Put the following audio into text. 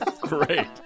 great